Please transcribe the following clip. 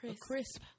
crisp